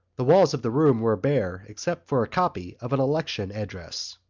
the walls of the room were bare except for a copy of an election address.